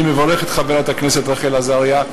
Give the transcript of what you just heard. אני מברך את חברת הכנסת רחל עזריה,